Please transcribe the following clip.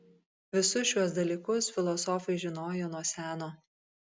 visus šiuos dalykus filosofai žinojo nuo seno